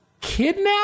kidnap